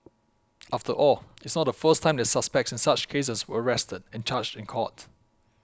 after all it's not the first time that suspects in such cases were arrested and charged in court